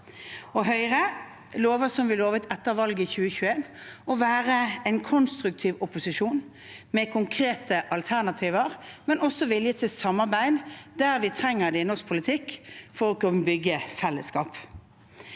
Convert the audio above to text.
Høyre lover, som vi lovte etter valget i 2021, å være en konstruktiv opposisjon, med konkrete alternativer, men også med vilje til samarbeid der vi trenger det i norsk politikk for å kunne bygge fellesskap.